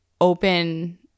open